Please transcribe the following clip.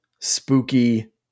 spooky